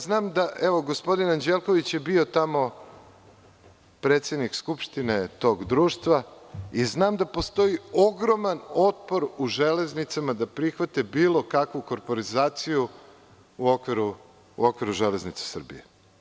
Znam da je gospodin Anđelković bio tamo predsednik Skupštine tog društva i znam da postoji ogroman otpor u Železnicama da prihvate bilo kakvu korporizaciju u okviru Železnica Srbije.